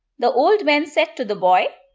the old man said to the boy,